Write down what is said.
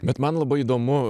bet man labai įdomu